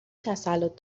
تسلط